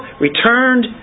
returned